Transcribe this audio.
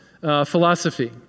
philosophy